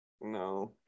No